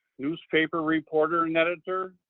newspaper reporter and editor,